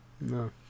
No